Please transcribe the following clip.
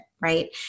right